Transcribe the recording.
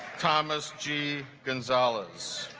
thomas g gonzales